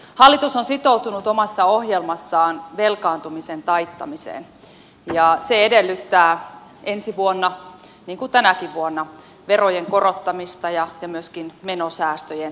hallitus on sitoutunut omassa ohjelmassaan velkaantumisen taittamiseen ja se edellyttää ensi vuonna niin kuin tänäkin vuonna verojen korottamista ja myöskin menosäästöjen tekemistä